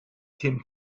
tim